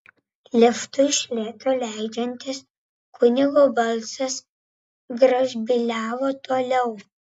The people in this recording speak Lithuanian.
liftui iš lėto leidžiantis kunigo balsas gražbyliavo toliau